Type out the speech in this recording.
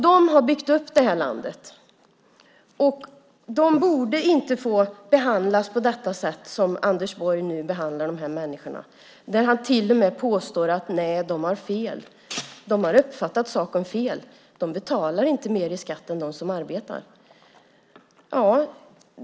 De har byggt upp landet. De borde därför inte få behandlas på det sätt som Anders Borg nu behandlar dem när han till och med påstår att de har fel, att de uppfattat saken fel, att de inte betalar mer i skatt än de som arbetar.